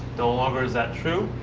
no longer is that true.